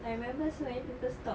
I remember so many people stop